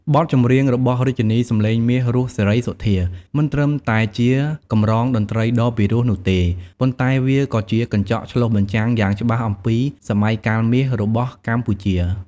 បទចម្រៀងរបស់រាជិនីសំឡេងមាស រស់ សេរីសុទ្ធា មិនត្រឹមតែជាកម្រងតន្ត្រីដ៏ពីរោះនោះទេ ប៉ុន្តែវាក៏ជាកញ្ចក់ឆ្លុះបញ្ចាំងយ៉ាងច្បាស់អំពី "សម័យកាលមាស" របស់កម្ពុជា។